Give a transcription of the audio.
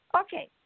Okay